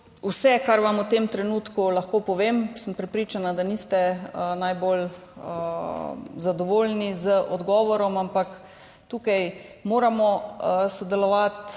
vse, kar vam v tem trenutku lahko povem. Sem prepričana, da niste najbolj zadovoljni z odgovorom, ampak tukaj moramo sodelovati